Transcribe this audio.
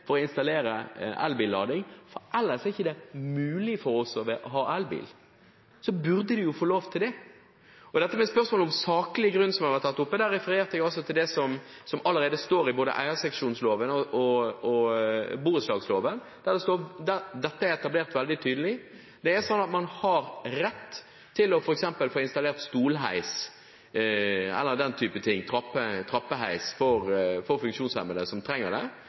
å installere elbillading, og at det ellers ikke er mulig for dem å ha elbil, så burde de få lov til det. Når det gjelder spørsmålet om saklig grunn, som har vært tatt opp, refererte jeg til det som allerede står i eierseksjonsloven og borettslagsloven, der dette er etablert veldig tydelig. Man har rett til f.eks. å få installert stolheis eller trappeheis for funksjonshemmede som trenger det. Kostnaden bæres av enkeltpersonen selv eller av fellesskapet. Man har da kun saklig grunn for å si nei. Det